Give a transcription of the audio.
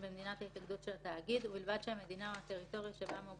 למעט במקרה של פעולה בסכום שעולה על 5,000 שקלים חדשים שבה מעורבת